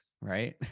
right